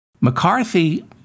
McCarthy